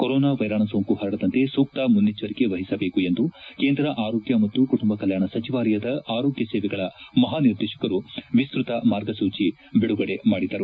corona ವೈರಾಣು ಸೋಂಕು ಹರಡದಂತೆ ಸೂಕ್ತ ಮುನ್ನೆಚ್ಚರಿಕೆ ವಹಿಸಬೇಕೆಂದು ಕೇಂದ್ರ ಆರೋಗ್ಯ ಮತ್ತು ಕುಟುಂಬ ಕಲ್ಯಾಣ ಸಚಿವಾಲಯದ ಆರೋಗ್ಯ ಸೇವೆಗಳ ಮಹಾ ನಿರ್ದೇಶಕರು ವಿಸ್ಪತ ಮಾರ್ಗಸೂಚಿ ಬಿಡುಗಡೆ ಮಾಡಿದರು